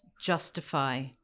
justify